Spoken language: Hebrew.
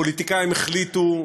הפוליטיקאים החליטו,